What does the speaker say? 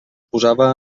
posava